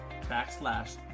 backslash